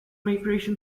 migration